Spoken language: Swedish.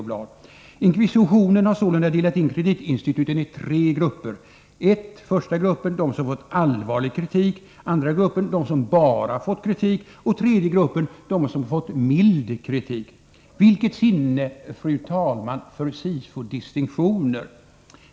Bankinkvisitionen har sålunda delat in kreditinstituten i tre grupper: 1. de som fått allvarlig kritik, 2. de som bara fått kritik och 3. de som fått mild kritik. Vilket sinne, fru talman, för SIFO-distinktioner!